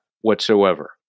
whatsoever